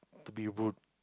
to be a bone